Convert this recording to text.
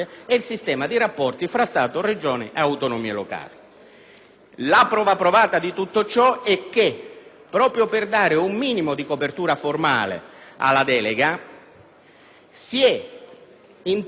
La prova provata di tutto ciò è che, proprio per dare un minimo di copertura formale alla delega, si è inteso piazzare nel testo licenziato dalla Commissione